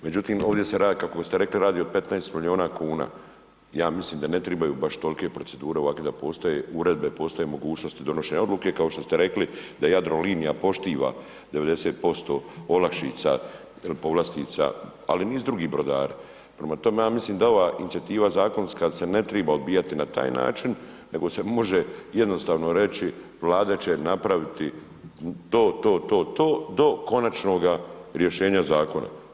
Međutim ovdje se radi kako ste rekli o 15 milijuna kuna, ja mislim da ne trebaju baš tolike procedure ovakve da postoje, uredbe, postoje mogućnosti donošenja odluke kao što ste rekli da Jadrolinija poštiva 90% olakšica, povlastice ali i niz drugih brodara, prema tome ja milim da ova inicijativa zakonska se ne treba odbijati na taj način nego se može jednostavno reći Vlada će napraviti to, to, to, to, do konačnog rješenja zakona.